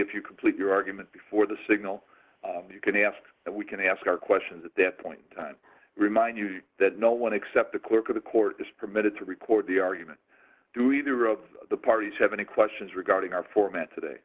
if you complete your argument before the signal you can ask we can ask our questions at that point i remind you that no one except the clerk of the court is permitted to record the argument do either of the parties have any questions regarding our performance today